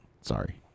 Sorry